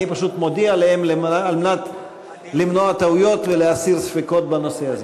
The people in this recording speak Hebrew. אני פשוט מודיע עליהן על מנת למנוע טעויות ולהסיר ספקות בנושא הזה.